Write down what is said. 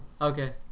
Okay